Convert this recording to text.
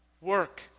work